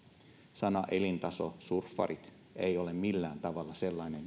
sana elintasosurffarit ei ole millään tavalla sellainen